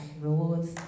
rewards